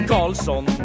Carlson